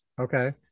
Okay